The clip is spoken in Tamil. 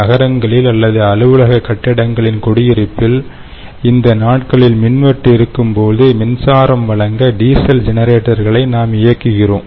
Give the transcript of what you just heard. நகரங்களில் அல்லது அலுவலக கட்டிடங்களின் குடியிருப்பில் இந்த நாட்களில் மின்வெட்டு இருக்கும் போது மின்சாரம் வழங்க டீசல் ஜெனரேட்டர்களை நாம் இயக்குகிறோம்